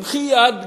במחי יד,